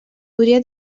podria